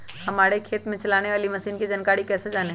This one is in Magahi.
हमारे खेत में चलाने वाली मशीन की जानकारी कैसे जाने?